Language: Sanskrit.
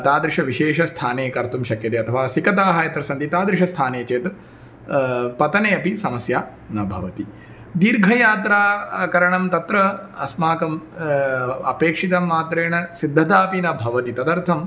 तादृश विशेषस्थाने कर्तुं शक्यते अथवा सिकताः यत्र सन्ति तादृशस्थाने चेत् पतने अपि समस्या न भवति दीर्घयात्रा करणं तत्र अस्माकम् अपेक्षितमात्रेण सिद्धता अपि न भवति तदर्थम्